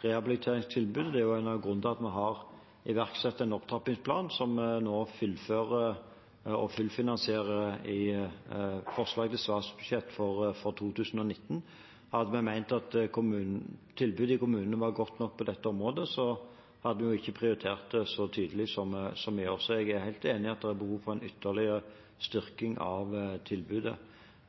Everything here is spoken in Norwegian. rehabiliteringstilbudet. Det er jo en av grunnene til at vi har iverksatt en opptrappingsplan, som vi nå fullfinansierer i forslag til statsbudsjett for 2019. Hadde vi ment at tilbudet i kommunene var godt nok på dette området, hadde vi jo ikke prioritert det så tydelig som vi gjør. Så jeg er helt enig i at det er behov for en ytterligere styrking av tilbudet.